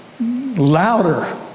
louder